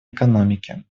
экономики